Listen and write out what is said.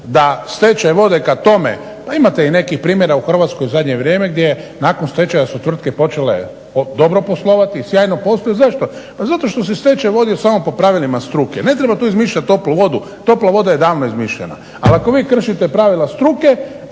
da stečaj vode ka tome, pa imate i nekih primjera u Hrvatskoj u zadnje vrijeme gdje nakon stečaja su tvrtke počele dobro poslovati i sjajno posluju. Zašto? Pa zato što se stečaj vodio samo po pravilima struke. Ne treba tu izmišljati toplu vodu, topla voda je davno izmišljena ali ako vi kršite pravila struke